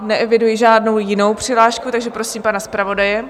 Neeviduji žádnou jinou přihlášku, takže prosím pana zpravodaje.